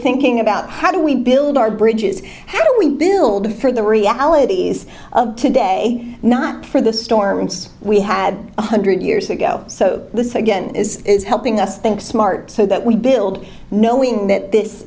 thinking about how do we build our bridges how do we build for the realities of today not for the storms we had one hundred years ago so this again is helping us think smart so that we build knowing that this